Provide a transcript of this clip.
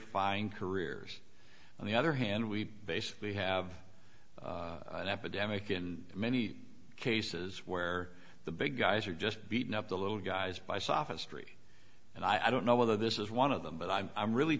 fine careers on the other hand we basically have an epidemic in many cases where the big guys are just beating up the little guys by sophos tree and i don't know whether this is one of them but i'm i'm really